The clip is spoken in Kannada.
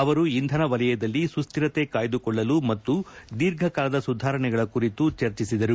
ಅವರು ಇಂಧನ ವಲಯದಲ್ಲಿ ಸುಶ್ಧಿರತೆ ಕಾಯ್ದುಕೊಳ್ಳಲು ಮತ್ತು ದೀರ್ಘಕಾಲದ ಸುಧಾರಣೆಗಳ ಕುರಿತು ಚರ್ಜಿಸಿದರು